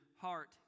heart